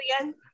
again